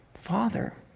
father